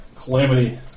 Calamity